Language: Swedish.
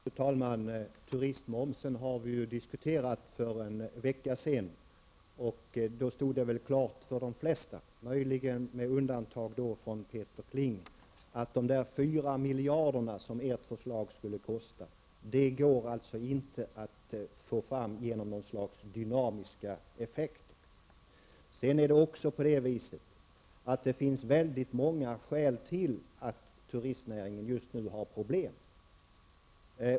Fru talman! Turistmomsen har vi diskuterat för en vecka sedan. Och då stod det väl klart för de flesta, möjligen med undantag av Peter Kling, att de 4 miljarder som ert förslag skulle kosta inte går att få fram genom något slags dynamiska effekter. Det är också på det sättet att det finns väldigt många skäl till att turistnäringen just nu har problem.